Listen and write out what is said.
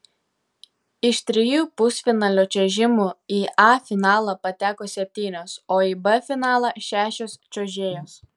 iš trijų pusfinalio čiuožimų į a finalą pateko septynios o į b finalą šešios čiuožėjos